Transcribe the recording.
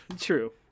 true